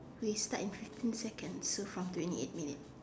we start in fifteen seconds so from twenty eight minute